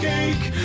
Cake